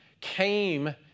came